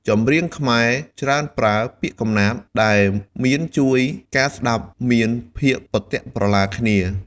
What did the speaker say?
ចម្រៀងខ្មែរច្រើនប្រើ ពាក្យកំណាព្យ ដែលមានជួយការស្តាប់មានភាគប្រទាក់ក្រឡាគ្នា។